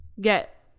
get